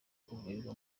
kuvurirwa